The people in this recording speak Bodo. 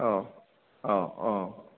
औ औ औ